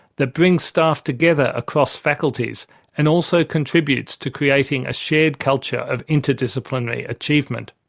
that brings staff together across faculties and also contributes to creating a shared culture of interdisciplinary achievement.